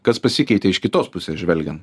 kas pasikeitė iš kitos pusės žvelgiant